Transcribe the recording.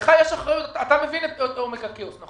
לך יש אחריות, אתה מבין את עומק הכאוס.